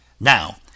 Now